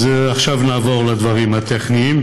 אז עכשיו נעבור לדברים הטכניים,